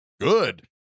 good